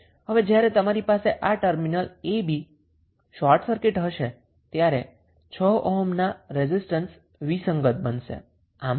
હવે જ્યારે તમારી પાસે આ terminal a b short circuit હશે ત્યારે 6 ઓહ્મનો રેઝિસ્ટન્સ વિસંગત બનશે